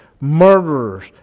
murderers